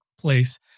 place